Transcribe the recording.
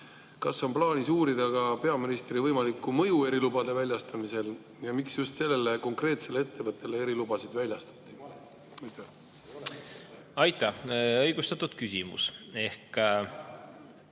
Kas on plaanis uurida ka peaministri võimalikku mõju erilubade väljastamisel ja miks just sellele konkreetsele ettevõttele erilubasid väljastati? Aitäh, härra eesistuja!